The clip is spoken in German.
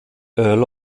earl